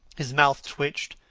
his mouth twitched,